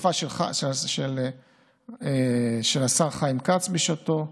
דחיפה מהשר חיים כץ בשעתו,